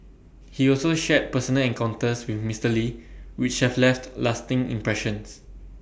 he also shared personal encounters with Mister lee which have left lasting impressions